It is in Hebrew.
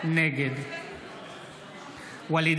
נגד ואליד